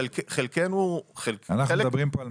חלק מהקררים --- אנחנו מדברים פה על